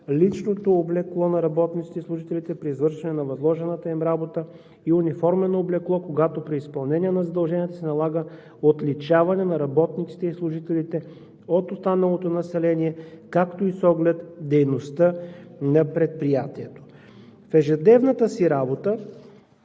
личното облекло на работниците и служителите при извършване на възложената им работа, и униформено облекло, когато при изпълнение на задълженията се налага отличаване на работниците и служителите от останалото население, както и с оглед дейността на предприятието. В ежедневната си работа